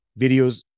videos